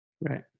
Right